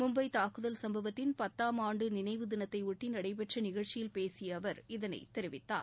மும்பை தாக்குதல் சம்பவத்தின் பத்தாம் ஆண்டு நினைவு தினத்தை ஒட்டி நடைபெற்ற நிகழ்ச்சியில் பேசிய அவர் இதனை தெரிவித்தார்